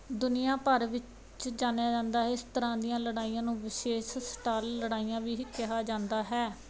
ਦੁਨੀਆਂ ਭਰ ਵਿੱਚ ਜਾਣਿਆ ਜਾਂਦਾ ਇਸ ਤਰ੍ਹਾਂ ਦੀਆਂ ਲੜਾਈਆਂ ਨੂੰ ਵਿਸ਼ੇਸ਼ ਸਟਾਲ ਲੜਾਈਆਂ ਵੀ ਕਿਹਾ ਜਾਂਦਾ ਹੈ